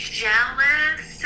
jealous